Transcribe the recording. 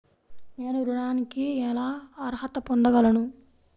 నేను ఋణానికి ఎలా అర్హత పొందగలను?